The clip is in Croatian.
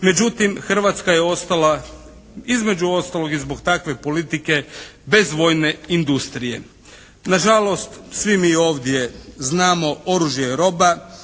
Međutim, Hrvatska je ostala između ostalog i zbog takve politike bez vojne industrije. Nažalost svi mi ovdje znamo oružje je roba,